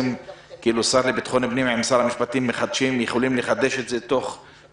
אבל השר לביטחון פנים עם שר המשפטים יכולים לחדש את זה